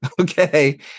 okay